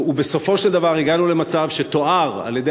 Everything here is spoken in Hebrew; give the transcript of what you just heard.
ובסופו של דבר הגענו למצב שתואר על-ידי